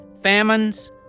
famines